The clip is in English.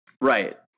right